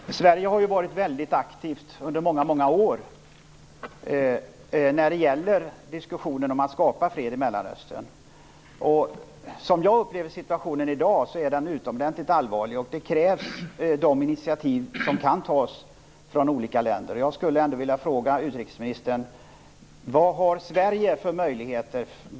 Fru talman! Sverige har varit väldigt aktivt under många år i diskussionen om att skapa fred i Mellanöstern. Jag upplever situationen i dag som utomordentligt allvarlig. De initiativ som kan tas av olika länder krävs verkligen. Jag vill fråga utrikesministern: Vad har Sverige för möjligheter?